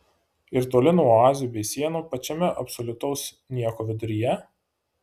ir toli nuo oazių bei sienų pačiame absoliutaus nieko viduryje